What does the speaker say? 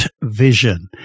vision